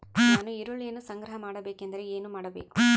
ನಾನು ಈರುಳ್ಳಿಯನ್ನು ಸಂಗ್ರಹ ಮಾಡಬೇಕೆಂದರೆ ಏನು ಮಾಡಬೇಕು?